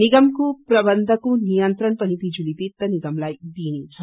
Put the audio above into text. निगमको प्रबन्धको नियन्त्रण पनि बिजुली वित्त निगमलाई दिइनेछ